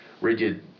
rigid